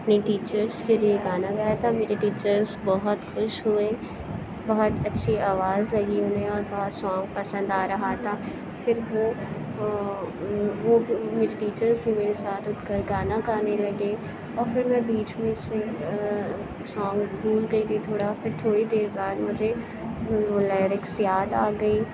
اپنے ٹیچرس کے لیے گانا گایا تھا میرے ٹیچرس بہت خوش ہوئے بہت اچھی آواز لگی انہیں اور بہت سانگ پسند آ رہا تھا فر وہ وہ وہ تو میرے ٹیچرس بھی ساتھ اٹھ کر گانا گانے لگے اور پھر میں بیچ میں سے سانگ بھول گئی تھی تھوڑا پھر تھوڑی دیر بعد مجھے وہ لیرکس یاد آگئی